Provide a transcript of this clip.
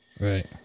right